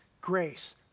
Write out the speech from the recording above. grace